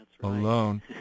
alone